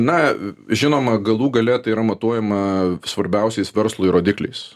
na žinoma galų gale tai yra matuojama svarbiausiais verslui rodikliais